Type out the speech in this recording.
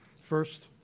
first